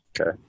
Okay